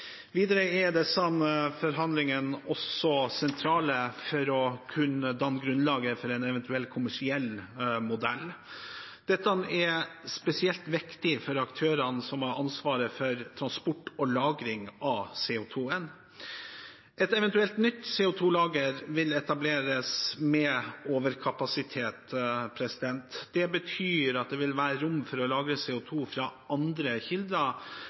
Videre er disse forhandlingene også sentrale for å kunne danne grunnlaget for en eventuell kommersiell modell. Dette er spesielt viktig for de aktørene som har ansvaret for transport og lagring av CO 2 . Et eventuelt nytt CO 2 -lager vil etableres med overkapasitet. Det betyr at det vil være rom for å lagre CO 2 fra andre kilder